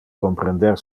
comprender